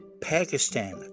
pakistan